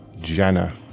jenna